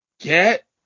get